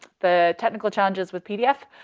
the technical challenges with pdf.